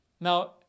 Now